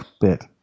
bit